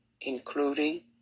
including